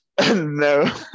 No